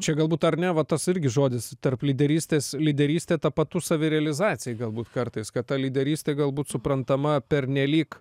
čia galbūt ar ne va tas irgi žodis tarp lyderystės lyderystė tapatu savirealizacijai galbūt kartais kad ta lyderystė galbūt suprantama pernelyg